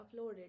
uploaded